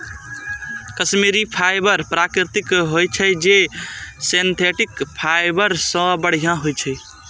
Kashmiri fibre प्राकृतिक होइ छै, जे सिंथेटिक फाइबर सं बढ़िया होइ छै